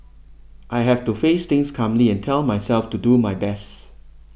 I have to face things calmly and tell myself to do my best